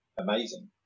amazing